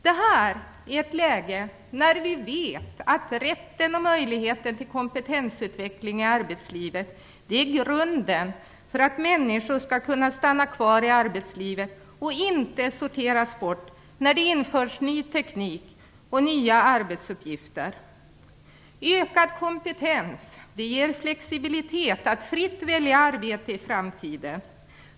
Detta görs i ett läge där vi vet att rätten och möjligheten till kompetensutveckling i arbetslivet är grunden för att människor skall kunna stanna kvar i arbetslivet och inte sorteras bort när det införs ny teknik och nya arbetsuppgifter. Ökad kompetens ger flexibilitet, man kan fritt välja arbete i framtiden.